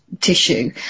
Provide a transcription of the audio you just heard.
tissue